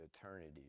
eternity